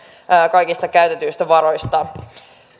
kaikista käytetyistä varoista